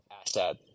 asset